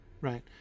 right